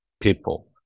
people